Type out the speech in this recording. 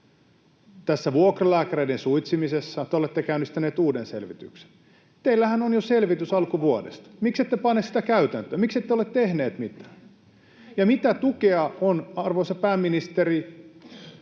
Tässä vuokralääkäreiden suitsimisessa te olette käynnistäneet uuden selvityksen. Teillähän on jo selvitys alkuvuodesta. Miksi ette pane sitä käytäntöön? Miksi ette ole tehneet mitään? Ja mitä tukea on, arvoisa pääministeri,